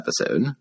episode